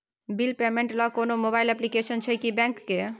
Bill payment ल कोनो mobile application छै की बैंक के?